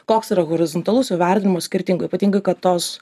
koks yra horizontalus jo vertinimas skirtingų ypatingai kad tos